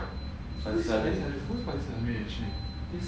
fauzi salleh